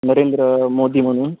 नरेंद्र मोदी म्हणून